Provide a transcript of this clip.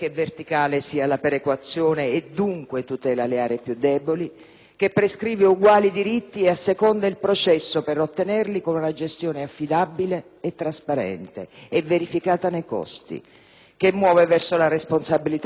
che prescrive uguali diritti e asseconda il processo per ottenerli con una gestione affidabile, trasparente e verificata nei costi, che muove verso la responsabilità degli amministratori, principio tanto più utile nel Mezzogiorno